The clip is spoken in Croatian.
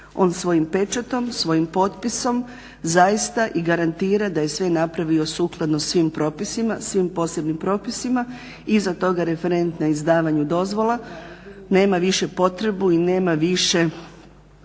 on svojim pečatom svojim potpisom zaista i garantira da je sve napravio sukladno svim propisima, svim posebnim propisima. Iza toga referent na izdavanju dozvola nema više potrebu i nema više